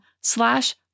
slash